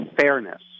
fairness